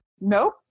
Nope